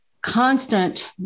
constant